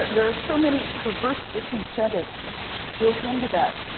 there are so many perverse disincentives built into that.